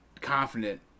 confident